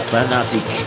Fanatic